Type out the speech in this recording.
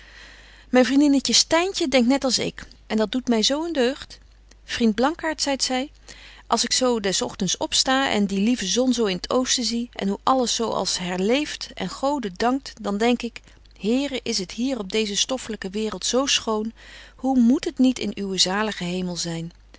myn vriendinne styntje denkt net als ik en dat doet my zo een deugd vriend blankaart zeit zy als ik zo des ogtends opsta en die lieve zon zo in t oosten zie en hoe alles zo als herleeft en gode dankt dan denk ik here is het hier op deeze stoffelyke waereld zo schoon hoe moet het niet in uwen zaligen hemel zyn